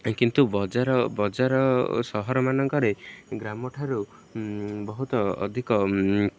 କିନ୍ତୁ ବଜାର ବଜାର ସହରମାନଙ୍କରେ ଗ୍ରାମଠାରୁ ବହୁତ ଅଧିକ